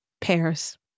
Pears